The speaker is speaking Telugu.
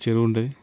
చెరువు ఉంటుంది